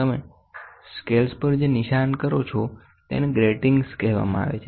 તમે સ્કેલ પર જે નિશાન કરો છો તેને ગ્રેટીંગ કહેવામાં આવે છે